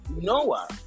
Noah